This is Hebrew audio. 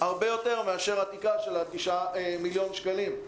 הרבה יותר מאשר התקרה של 9 מיליון שקלים.